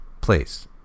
Please